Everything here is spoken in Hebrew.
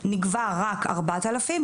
נגבה רק 4,000,